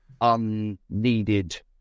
unneeded